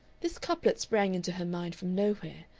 this couplet sprang into her mind from nowhere,